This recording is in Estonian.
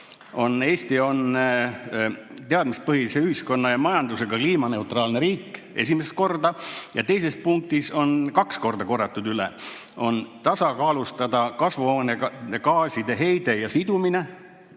Eesti on teadmistepõhise ühiskonna ja majandusega kliimaneutraalne riik, ning teises punktis on kaks korda korratud üle, et tuleb tasakaalustada kasvuhoonegaaside heidet ja sidumist.